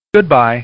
Goodbye